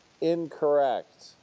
Incorrect